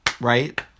right